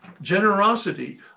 generosity